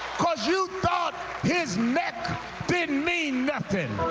because you thought his neck didn't mean nothing.